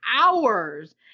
hours